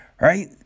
right